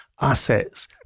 assets